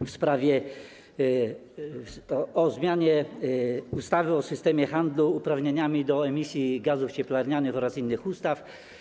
w sprawie ustawy o zmianie ustawy o systemie handlu uprawnieniami do emisji gazów cieplarnianych oraz innych ustaw.